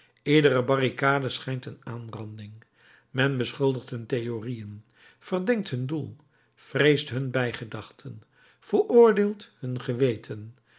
iedere barricade schijnt een aanranding men beschuldigt hun theorieën verdenkt hun doel vreest hun bijgedachten veroordeelt hun geweten